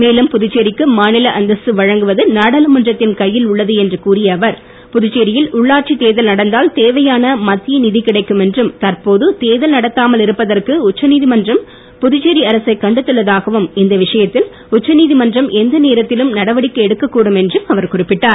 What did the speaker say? மேலும் புதுச்சேரிக்கு மாநில அந்தஸ்து வழங்குவது நாடாளுமன்றத்தின் கையில் உள்ளது என்றும் கூறிய அவர் புதுச்சேரியில் உள்ளாட்சி தேர்தல் நடந்தால் தேவையான மத்திய நிதி கிடைக்கும் என்றும் தற்போது தேர்தல் நடத்தாமல் இருப்பதற்கு உச்சநீதிமன்றம் புதுச்சேரி அரசை கண்டித்துள்ளதாகவும் இந்த விஷயத்தில் உச்சநீதிமன்றம் எந்த நேரத்திலும் நடவடிக்கை எடுக்க கூடும் என்றும் அவர் குறிப்பிட்டார்